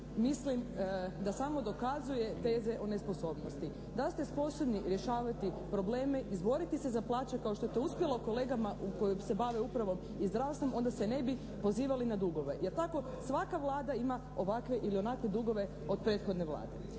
mislim da samo dokazuje teze o nesposobnosti. Da ste sposobni rješavati probleme, izboriti se za plaće kao što je to uspjelo kolegama koje se bave upravo …/Govornik se ne razumije./… onda se ne bi pozivali na dugove. Jer tako svaka Vlada ima ovakve ili onakve dugove od prethodne Vlade.